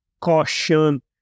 caution